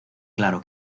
claro